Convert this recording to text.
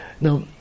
Now